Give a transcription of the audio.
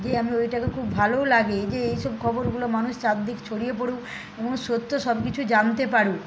যে আমি ওইটাকে খুব ভালোও লাগে যে এই সব খবরগুলো মানুষ চার দিক ছড়িয়ে পড়ুক এবং সত্য সব কিছু জানতে পারুক